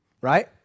right